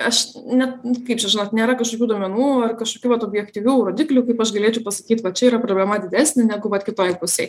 aš net kaip čia žinot nėra kažkokių duomenų ar kažkokių vat objektyvių rodiklių kaip aš galėčiau pasakyt va čia yra problema didesnė negu vat kitoj pusėj